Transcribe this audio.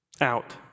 out